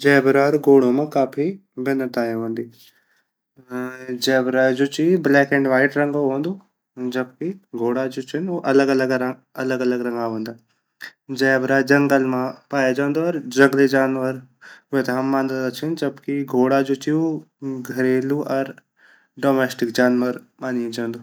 ज़ेबरा अर घोड़ों मा काफी भिन्नताएं वोन्दि, ज़ेबरा जु ची ब्लैक एंड वाइट रंगो वोंदु जबकि घोडा जू छिन उ अलग-अलग रंगा वोन्दा ज़ेबरा जंगल मा पाया जांदू अर वेते जंगली जानवर हम मंदादा छिन जबकि घोडा जु ची उ घरेलु अर डोमेस्टिक जानवर मंड्यू जांदू।